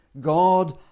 God